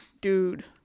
dude